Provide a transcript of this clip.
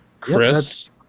chris